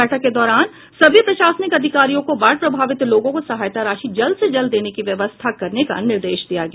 बैठक के दौरान सभी प्रशासनिक अधिकारियों को बाढ़ प्रभावित लोगों को सहायता राशि जल्द से जल्द देने की व्यवस्था करने का निदेश दिया गया